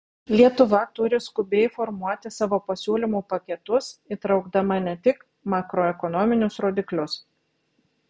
lietuva turi skubiai formuoti savo pasiūlymų paketus įtraukdama ne tik makroekonominius rodiklius